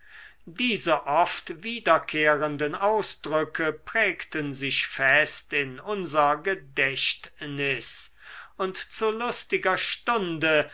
diese oft wiederkehrenden ausdrücke prägten sich fest in unser gedächtnis und zu lustiger stunde